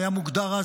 היה מוגדר אז,